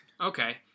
okay